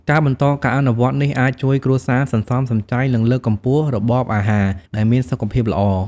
ការបន្តការអនុវត្តនេះអាចជួយគ្រួសារសន្សំសំចៃ និងលើកកម្ពស់របបអាហារដែលមានសុខភាពល្អ។